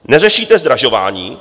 Neřešíte zdražování.